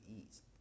ease